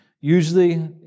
usually